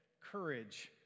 Courage